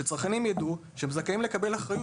שהצרכנים יידעו שהם זכאים לקבל אחריות